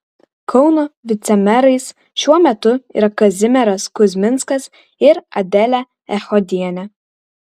kauno vicemerais šiuo metu yra kazimieras kuzminskas ir adelė echodienė